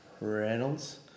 Reynolds